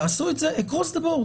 תעשו את זה across the board.